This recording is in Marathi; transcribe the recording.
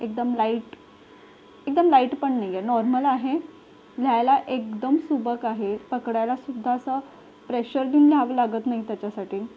एकदम लाईट एकदम लाईट पण नाही आहे नॉर्मल आहे लिहायला एकदम सुबक आहे पकडायलासुद्धा असं प्रेशर देऊन दाब लागत नाही त्याच्यासाठी